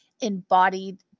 embodied